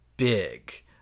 Big